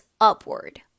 upward